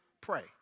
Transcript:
pray